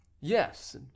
Yes